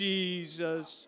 Jesus